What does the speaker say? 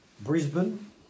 Brisbane